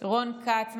רון כץ,